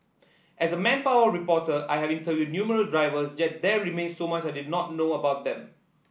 as manpower reporter I have interviewed numerous drivers yet there remained so much I did not know about them